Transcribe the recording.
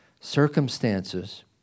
circumstances